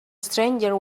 stranger